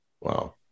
Wow